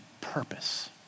purpose